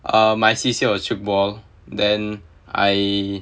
uh my C_C_A was tchoukball then I